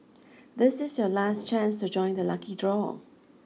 this is your last chance to join the lucky draw